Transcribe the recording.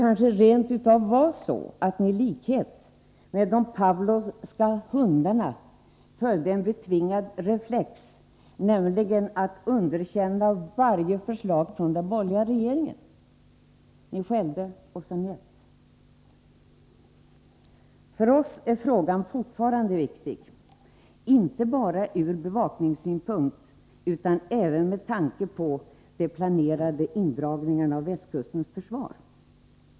Kanske var det rent av så att ni i likhet med de Pavlovska hundarna följde en betingad reflex, nämligen att underkänna varje förslag från den borgerliga regeringen. Ni skällde och sade ”njet”. För oss är frågan fortfarande viktig, inte bara ur bevakningssynpunkt utan även med tanke på att de planerade indragningarna drabbar västkustens försvar.